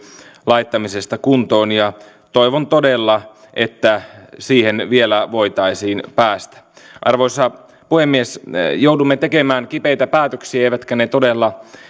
laittamisesta kuntoon toivon todella että siihen vielä voitaisiin päästä arvoisa puhemies joudumme tekemään kipeitä päätöksiä eivätkä ne todella